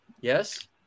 yes